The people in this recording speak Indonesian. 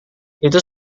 itu